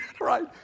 right